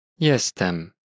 Jestem